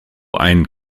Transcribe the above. ein